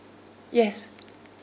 yes